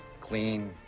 clean